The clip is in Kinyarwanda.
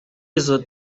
izo